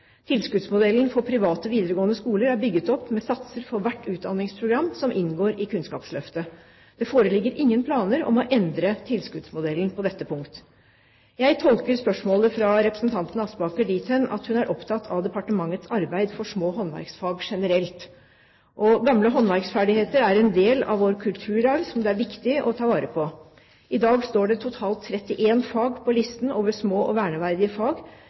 Tilskuddsmodellen for private videregående skoler er bygd opp med satser for hvert utdanningsprogram som inngår i Kunnskapsløftet. Det foreligger ingen planer om å endre tilskuddsmodellen på dette punktet. Jeg tolker spørsmålet fra representanten Aspaker dit hen at hun er opptatt av departementets arbeid for små håndverksfag generelt. Gamle håndverksferdigheter er en del av vår kulturarv som det er viktig å ta vare på. I dag står det totalt 31 fag på listen over små og verneverdige fag.